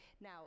Now